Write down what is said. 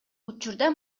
учурда